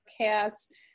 cats